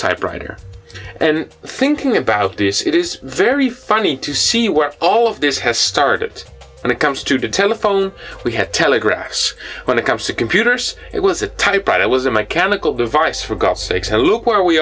typewriter and thinking about this it is very funny to see where all of this has started when it comes to telephone we have telegraph when it comes to computers it was a typewriter was a mechanical device for gosh sakes and look where we